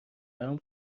برام